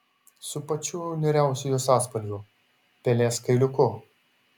su pačiu niūriausiu jos atspalviu pelės kailiuku